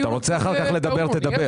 אתה רוצה אחר כך לדבר תדבר.